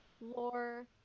lore